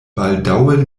baldaŭe